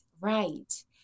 right